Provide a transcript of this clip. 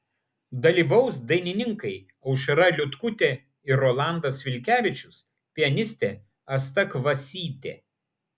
dalyvaus dainininkai aušra liutkutė ir rolandas vilkevičius pianistė asta kvasytė